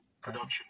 production